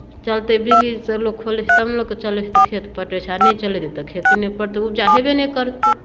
चलतै बिजलीसँ लोक खोलै छै तब ने लोकके चलै छै तऽ लोकके खेत पटैत छै आ नहि चलेतै तऽ खेते नहि पटतै उपजा होयबे नहि करतै